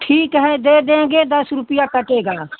ठीक है दे देंगे दस रुपया कटेगा